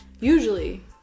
Usually